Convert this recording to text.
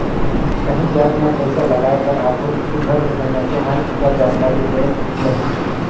काहींच जाएत में पइसालगाए कर आघु सुग्घर ले मइनसे मन ओकर जानकारी ले लेहें